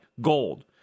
gold